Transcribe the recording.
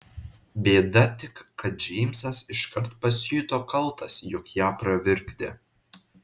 bėda tik kad džeimsas iškart pasijuto kaltas jog ją pravirkdė